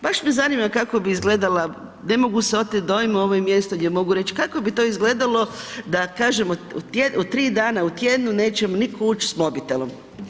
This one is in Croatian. Baš me zanima kako bi izgledala, ne mogu se otet dojmu, ovo je mjesto gdje mogu reć kako bi to izgledalo da kažemo 3 dana u tjednu neće mi nitko ući s mobitelom.